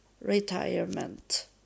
retirement